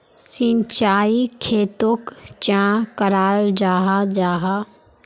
सिंचाई खेतोक चाँ कराल जाहा जाहा?